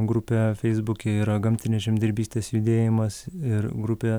grupė feisbuke yra gamtinės žemdirbystės judėjimas ir grupė